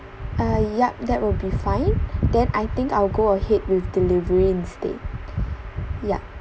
uh yup that will be fine then I think I will go ahead with delivery instead yup